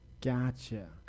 Gotcha